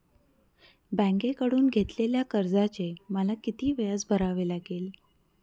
बँकेकडून घेतलेल्या कर्जाचे मला किती व्याज भरावे लागेल?